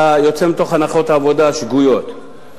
אתה יוצא מהנחות עבודה שגויות.